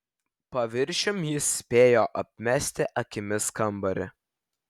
paviršium jis spėjo apmesti akimis kambarį